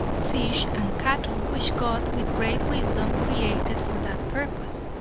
fish and cattle which god with great wisdom created for that purpose.